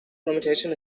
limitation